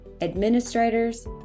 administrators